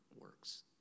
works